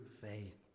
faith